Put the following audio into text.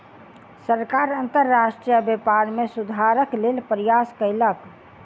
सरकार अंतर्राष्ट्रीय व्यापार में सुधारक लेल प्रयास कयलक